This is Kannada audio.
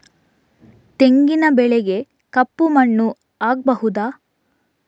ತೆಂಗಿನ ಬೆಳೆಗೆ ಕಪ್ಪು ಮಣ್ಣು ಆಗ್ಬಹುದಾ?